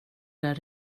där